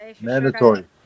Mandatory